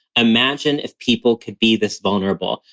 imagine if people could be this vulnerable.